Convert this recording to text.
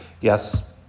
yes